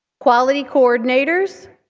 quality coordinators.